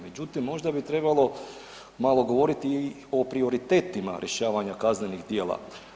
Međutim, možda bi trebalo malo govoriti i o prioritetima rješavanja kaznenih djela.